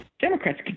Democrats